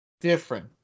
different